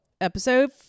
Episode